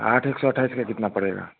आठ एक सौ अट्ठाईस में कितना पड़ेगा